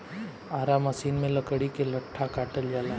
Ara machine में लकड़ी के लट्ठा काटल जाला